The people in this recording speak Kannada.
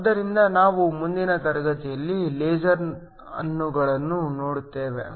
ಆದ್ದರಿಂದ ನಾವು ಮುಂದಿನ ತರಗತಿಯಲ್ಲಿ ಲೇಸರ್ಗಳನ್ನು ನೋಡುತ್ತೇವೆ